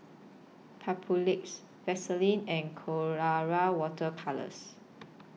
Papulex Vaselin and Colora Water Colours